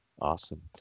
awesome